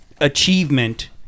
achievement